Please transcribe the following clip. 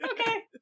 okay